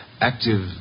active